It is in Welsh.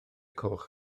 coch